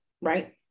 right